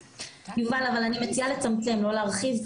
יובל, אבל אני מציעה לצמצם, לא להרחיב.